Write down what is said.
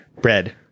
Bread